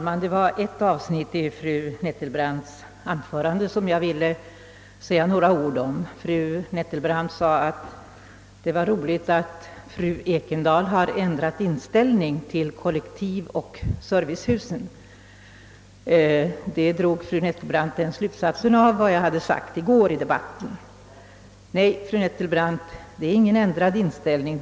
Herr talman! Fru Nettelbrandt sade i sitt anförande att »det var roligt att fru Ekendahl har ändrat inställning till kollektivoch servicehusen». Den slutsatsen drog fru Nettelbrandt av vad jag hade sagt i debatten i går. Nej, fru Nettelbrandt, det är ingen ändrad inställning.